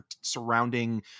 surrounding